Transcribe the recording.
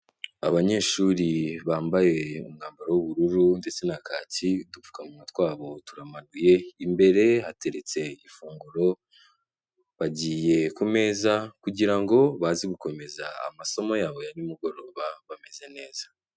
Abanyeshuri bambaye umwambaro w'ubururu ndetse na kaki udupfukamunwa twabo turamaduye, imbere hateretse ifunguro bagiye ku meza kugirango baze gukomeza amasomo yabo ya nimugoroba bameze neza.